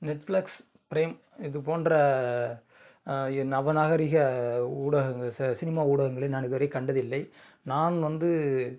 Netflix Prime இதுபோன்ற நவநாகரிக ஊடகங்கள் ச சினிமா ஊடகங்களை நான் இதுவரை கண்டதில்லை நான் வந்து